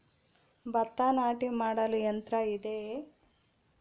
ಭತ್ತ ನಾಟಿ ಮಾಡಲು ಯಂತ್ರ ಇದೆಯೇ?